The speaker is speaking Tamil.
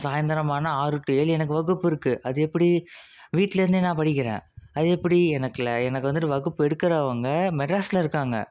சாய்ந்திரம் ஆனால் ஆறு டூ ஏழு எனக்கு வகுப்பு இருக்குது அது எப்படி வீட்லேருந்தே நான் படிக்கிறேன் அது எப்படி எனக்கில் எனக்கு வந்துட்டு வகுப்பு எடுக்கிறவங்க மெட்ராஸ்ஸில் இருக்காங்க